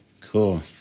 Cool